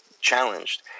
challenged